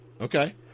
Okay